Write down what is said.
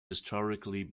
historically